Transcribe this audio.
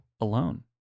alone